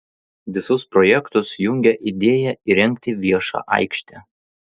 visus projektus jungia idėja įrengti viešą aikštę